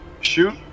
Shoot